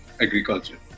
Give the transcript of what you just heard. agriculture